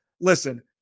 listen